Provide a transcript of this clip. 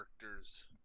character's